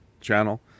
channel